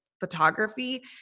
photography